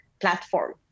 platform